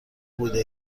بوده